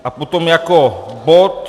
A potom jako bod...